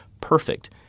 perfect